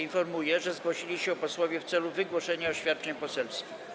Informuję, że zgłosili się posłowie w celu wygłoszenia oświadczeń poselskich.